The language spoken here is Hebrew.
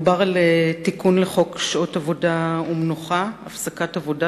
מדובר על תיקון לחוק שעות עבודה ומנוחה (הפסקה בעבודה,